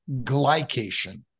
glycation